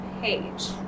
page